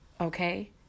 Okay